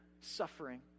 suffering